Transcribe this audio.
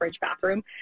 bathroom